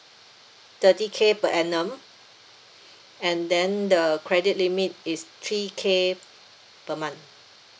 thirty K per annum and then the credit limit is three K per month